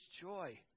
joy